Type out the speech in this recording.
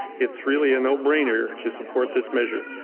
it's really a no-brainer to support this measure.